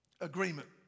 Agreement